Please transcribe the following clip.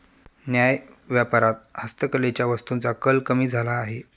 न्याय्य व्यापारात हस्तकलेच्या वस्तूंचा कल कमी झाला आहे